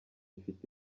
ifite